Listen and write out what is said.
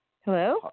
hello